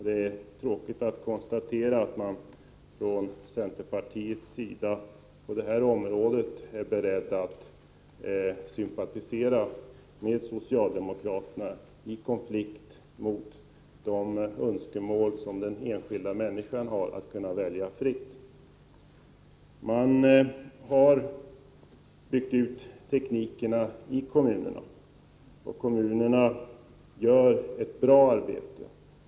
Det är tråkigt att konstatera att man från centerpartiets sida på detta område är beredd att sympatisera med socialdemokraterna i konflikt med de önskemål som den enskilda människan har om att kunna välja fritt. Man har byggt ut teknikerna i kommunerna, och kommunerna gör ett bra arbete.